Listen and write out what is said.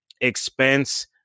expense